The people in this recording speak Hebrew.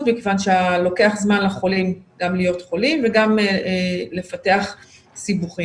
מכיוון שלוקח זמן לחולים גם להיות חולים וגם לפתח סיבוכים.